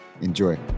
Enjoy